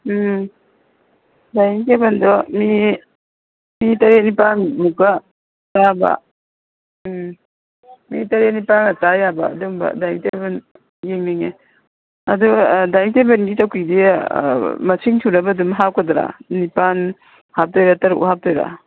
ꯎꯝ dining ꯇꯦꯕꯜꯗꯣ ꯃꯤ ꯃꯤ ꯇꯔꯦꯠ ꯅꯤꯄꯥꯜ ꯃꯨꯛꯀ ꯆꯥꯕ ꯎꯝ ꯃꯤ ꯇꯔꯦꯠ ꯅꯤꯄꯥꯜꯒ ꯆꯥ ꯌꯥꯕ ꯑꯗꯨꯝꯕ ꯗꯥꯏꯅꯤꯡ ꯇꯦꯕꯟ ꯌꯦꯡꯅꯤꯡꯉꯦ ꯑꯗꯨ ꯗꯥꯏꯅꯤꯡ ꯇꯦꯕꯜꯒꯤ ꯆꯧꯀ꯭ꯔꯤꯗꯤ ꯃꯁꯤꯡ ꯁꯨꯅꯕ ꯑꯗꯨꯝ ꯅꯤꯄꯥꯜ ꯍꯥꯞꯇꯣꯏꯔ ꯇꯔꯨꯛ ꯍꯥꯞꯇꯣꯏꯔ